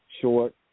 short